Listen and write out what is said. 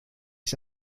ich